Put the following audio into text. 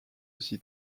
aussi